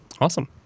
Awesome